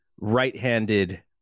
right-handed